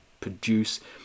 produce